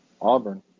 Auburn